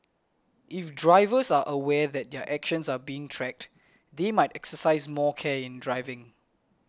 if drivers are aware that their actions are being tracked they might exercise more care in driving